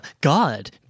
God